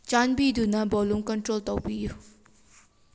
ꯆꯥꯟꯕꯤꯗꯨꯅ volume control ꯇꯧꯕꯤꯌꯨ